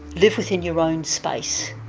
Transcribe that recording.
live within your own space.